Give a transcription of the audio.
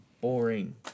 Boring